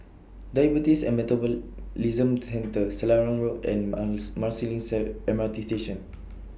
Diabetes and Metabolism Centre Selarang Road and Mouth Marsiling Sir M R T Station